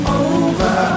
over